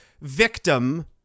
victim